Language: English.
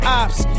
ops